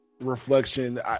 reflection